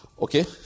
Okay